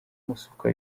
amasuka